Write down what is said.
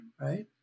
right